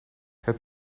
het